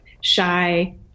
shy